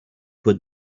put